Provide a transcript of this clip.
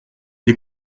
des